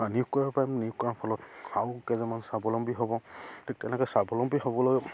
নিয়োগ কৰাৰ পাৰিম নিয়োগ কৰাৰ ফলত আৰু কেইজনমান স্বাৱলম্বী হ'ব ঠিক তেনেকৈ স্বাৱলম্বী হ'বলৈ